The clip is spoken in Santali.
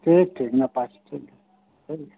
ᱴᱷᱤᱠ ᱴᱷᱤᱠ ᱱᱟᱯᱟᱭ ᱴᱷᱤᱠ ᱜᱮᱭᱟ